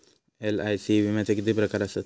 LIC विम्याचे किती प्रकार आसत?